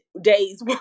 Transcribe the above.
days